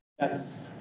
Yes